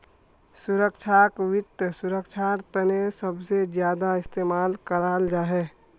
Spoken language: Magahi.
सुरक्षाक वित्त सुरक्षार तने सबसे ज्यादा इस्तेमाल कराल जाहा